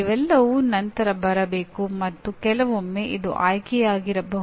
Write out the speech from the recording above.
ಇವೆಲ್ಲವೂ ನಂತರ ಬರಬೇಕು ಮತ್ತು ಕೆಲವೊಮ್ಮೆ ಇದು ಆಯ್ಕೆಯಾಗಿರಬಹುದು